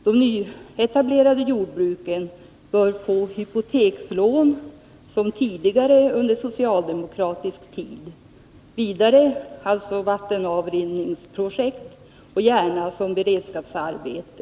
De nyetablerade jordbruken bör få hypotekslån, som tidigare under socialdemokratisk tid. Vidare bör vattenavrinningsprojekt genomföras, gärna som beredskapsarbete.